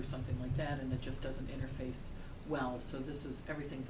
know something like that and it just doesn't interface well so this is everything